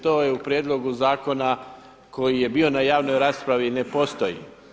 To je u prijedlogu zakona koji je bio na javnoj raspravi, ne postoji.